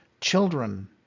Children